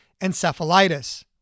encephalitis